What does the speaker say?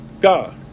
God